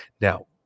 Now